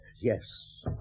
Yes